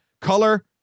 Color